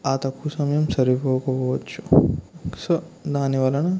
ఆ తక్కువ సమయం సరిపోకపోవచ్చు సో దాని వలన